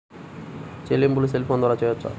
చెల్లింపులు cell phone ద్వారా చేయవచ్చా?